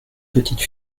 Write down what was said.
petite